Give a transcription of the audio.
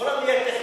לא נהיה טכניים.